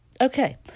Okay